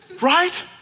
right